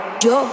yo